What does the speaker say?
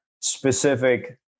specific